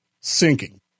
sinking